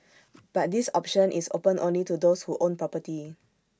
but this option is open only to those who own property